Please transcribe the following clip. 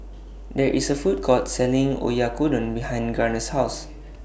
There IS A Food Court Selling Oyakodon behind Garner's House